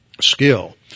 skill